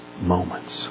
moments